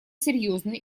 серьезны